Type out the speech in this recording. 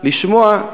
לשמוע,